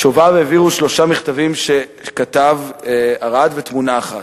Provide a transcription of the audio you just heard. שוביו העבירו שלושה מכתבים שכתב ארד ותמונה אחת,